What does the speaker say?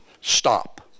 stop